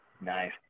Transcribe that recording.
Nice